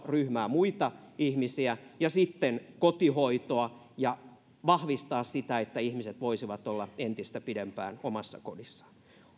ryhmää muita ihmisiä ja kotihoitoa ja vahvistaa sitä että ihmiset voisivat olla entistä pidempään omassa kodissaan